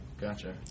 Gotcha